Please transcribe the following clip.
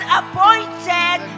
appointed